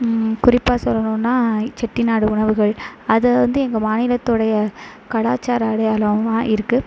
குறிப்பாக சொல்லணுனா செட்டிநாடு உணவுகள் அது வந்து எங்கள் மாநிலத்தோடைய கலாச்சார அடையாளமா இருக்கு